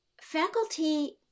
faculty